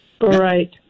right